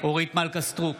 אורית מלכה סטרוק,